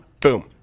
boom